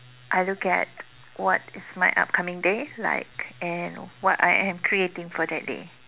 I look at what is my upcoming day like and what I am creating for that day